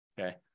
okay